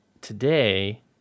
today